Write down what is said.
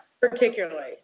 particularly